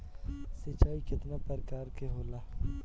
सिंचाई केतना प्रकार के होला?